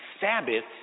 Sabbath